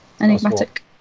Enigmatic